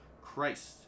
Christ